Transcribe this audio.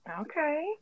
Okay